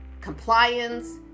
compliance